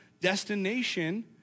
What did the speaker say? destination